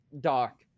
doc